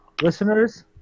listeners